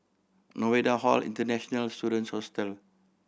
Novena Hall International Students Hostel